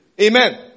Amen